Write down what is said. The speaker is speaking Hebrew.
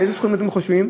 ואיזה סכומים אתם חושבים?